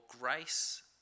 grace